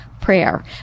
prayer